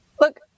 Look